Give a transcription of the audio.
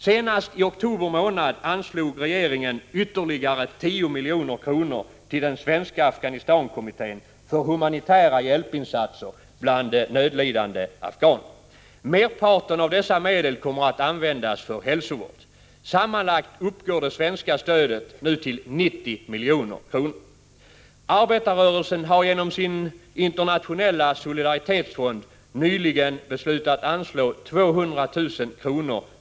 Senast i oktober månad anslog regeringen ytterligare 10 milj.kr. till Svenska Afghanistankommittén för humanitära hjälpinsatser bland nödlidande afghaner. Merparten av dessa medel kommer att användas för hälsovård. Sammanlagt uppgår det svenska stödet nu till 90 milj.kr. Arbetarrörelsen har genom sin internationella solidaritetsfond nyligen beslutat att anslå 200 000 kr.